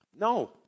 no